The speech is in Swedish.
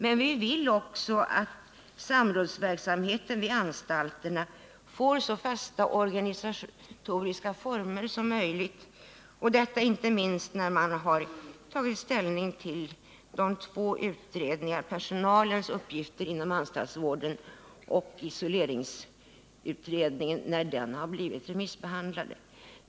Men vi vill också att samrådsverksamheten vid anstalterna skall få så fasta organisatoriska former som möjligt, inte minst sedan ställning har tagits till utredningen om personalens uppgifter inom anstaltsvården och till isoleringsutredningen, när de har blivit remissbehandlade.